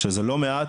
שזה לא מעט,